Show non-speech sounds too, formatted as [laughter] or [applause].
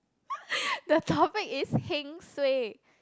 [laughs] the topic is heng suay